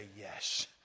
yes